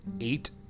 eight